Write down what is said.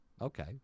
Okay